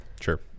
sure